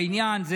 בעניין.